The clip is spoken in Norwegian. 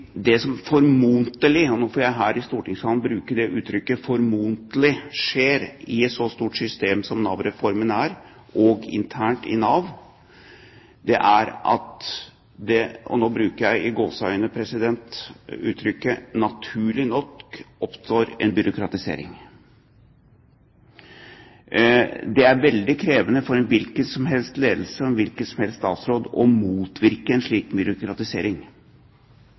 som formodentlig – og nå vil jeg her i stortingssalen bruke uttrykket «formodentlig» – skjer internt i et så stort system som det Nav-systemet er, er at det «naturlig nok» – og nå bruker jeg uttrykket i gåseøyne – oppstår en byråkratisering. Det er veldig krevende for en hvilken som helst ledelse og en hvilken som helst statsråd å motvirke en slik byråkratisering.